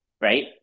right